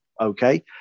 okay